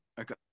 okay